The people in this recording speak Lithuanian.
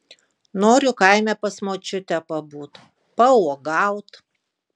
noriu kaime pas močiutę pabūt pauogaut